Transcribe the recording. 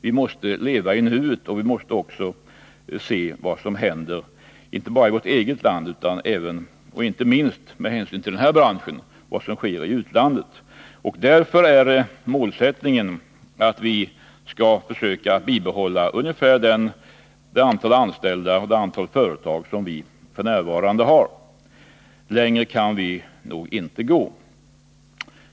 Vi måste leva i nuet, och vi måste också se vad som händer inte bara i vårt eget land utan även — inte minst vad avser den här branschen — vad som händer i utlandet. Därför är målsättningen att vi skall försöka behålla ungefär det antal anställda och företag som vi f. n. har. Längre kan vi nog inte gå.